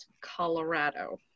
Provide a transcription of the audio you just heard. Colorado